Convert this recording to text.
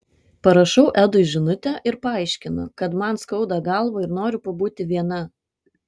parašau edui žinutę ir paaiškinu kad man skauda galvą ir noriu pabūti viena